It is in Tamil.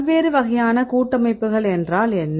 பல்வேறுவகையான கூட்டமைப்புகள் என்றால் என்ன